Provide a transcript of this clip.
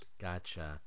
Gotcha